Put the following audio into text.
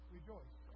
Rejoice